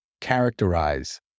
characterize